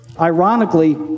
Ironically